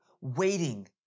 waiting